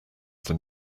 than